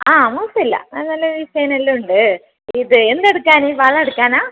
ആ മോശം ഇല്ല നല്ല നല്ല ഡിസൈൻ എല്ലാം ഉണ്ട് ഇത് എന്ത് എടുക്കാൻ വള എടുക്കാനോ